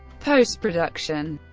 post-production